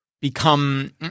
become